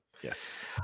yes